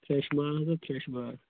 fresh مال ہسا فرٛٮ۪ش مال